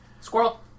Squirrel